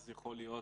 שוב,